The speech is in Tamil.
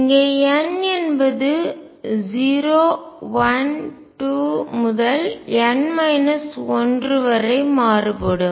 இங்கே n என்பது 0 1 2 முதல் n 1 வரை மாறுபடும்